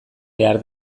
behar